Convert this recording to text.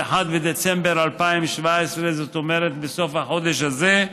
31 בדצמבר 2017, זאת אומרת, בסוף החודש הזה,